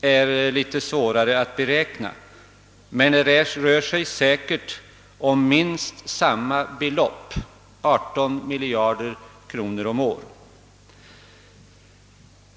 är litet svårare att beräkna, men de rör sig säkert om minst samma belopp, d.v.s. 18 miljarder kronor om året.